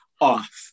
off